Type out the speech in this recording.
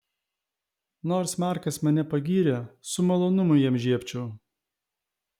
nors markas mane pagyrė su malonumu jam žiebčiau